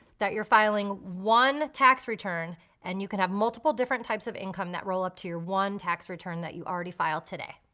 that you're filing one tax return and you can have multiple different types of income that roll up to your one tax return that you already filed today.